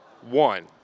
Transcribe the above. one